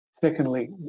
Secondly